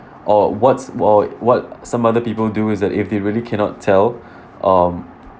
or what's wha~ what some other people do is that if they really cannot tell um